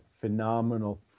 phenomenal